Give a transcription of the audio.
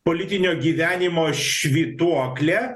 politinio gyvenimo švytuoklė